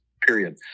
period